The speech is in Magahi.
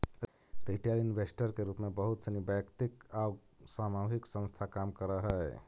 रिटेल इन्वेस्टर के रूप में बहुत सनी वैयक्तिक आउ सामूहिक संस्था काम करऽ हइ